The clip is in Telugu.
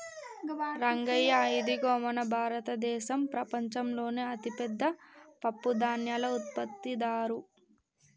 రంగయ్య ఇదిగో మన భారతదేసం ప్రపంచంలోనే అతిపెద్ద పప్పుధాన్యాల ఉత్పత్తిదారు